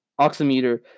oximeter